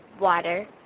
water